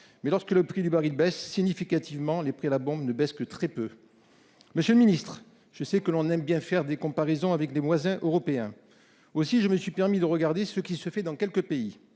que lorsque le prix du baril baisse significativement, les prix à la pompe ne diminuent que très peu. Monsieur le ministre, il est d'usage de faire des comparaisons avec nos voisins européens. Aussi, je me suis permis d'observer la situation dans quelques pays